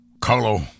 Carlo